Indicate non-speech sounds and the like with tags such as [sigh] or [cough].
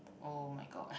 oh my god [laughs]